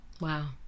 Wow